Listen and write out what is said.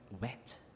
wet